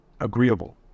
agreeable